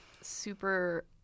super